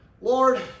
Lord